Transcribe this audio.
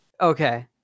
okay